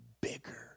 bigger